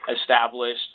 established